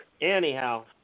anyhow